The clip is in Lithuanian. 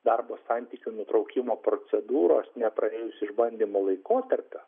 darbo santykių nutraukimo procedūros nepraėjus išbandymo laikotarpio